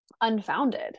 unfounded